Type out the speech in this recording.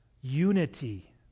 unity